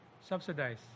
subsidize